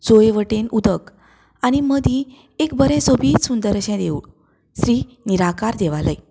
चोंय वटेन उदक आनी मदीं एक बरें सोबीत सुंदर अशें देवूळ श्री निराकार देवालय